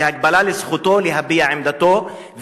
והגבלה של זכותו להביע עמדתו.